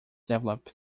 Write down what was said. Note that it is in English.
develop